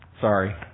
Sorry